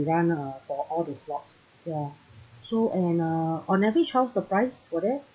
run uh for all the slots ya so and uh on average how's the price for that